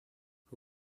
who